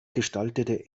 gestaltete